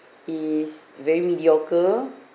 is very mediocre